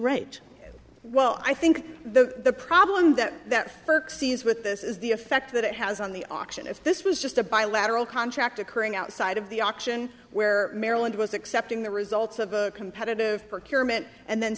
right well i think the problem that that book sees with this is the effect that it has on the auction if this was just a bilateral contract occurring outside of the auction where maryland was accepting the results of a competitive procurement and then